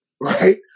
right